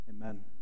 Amen